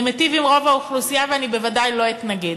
זה מיטיב עם רוב האוכלוסייה ואני בוודאי לא אתנגד.